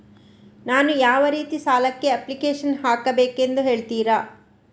ನಾನು ಯಾವ ರೀತಿ ಸಾಲಕ್ಕೆ ಅಪ್ಲಿಕೇಶನ್ ಹಾಕಬೇಕೆಂದು ಹೇಳ್ತಿರಾ?